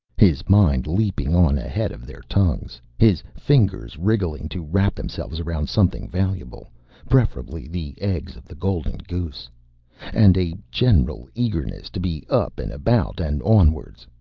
his mind leaping on ahead of their tongues, his fingers wriggling to wrap themselves around something valuable preferably the eggs of the golden goose and a general eagerness to be up and about and onwards.